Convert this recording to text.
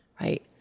right